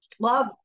love